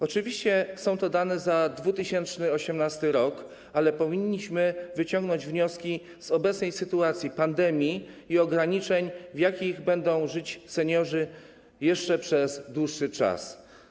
Oczywiście są to dane za 2018 r., ale powinnyśmy wyciągnąć wnioski z obecnej sytuacji pandemii i ograniczeń, w jakich będą żyć seniorzy jeszcze przez dłuższy czas.